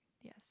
yes